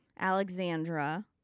Alexandra